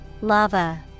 lava